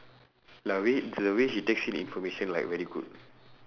like the way the way he takes in information like very good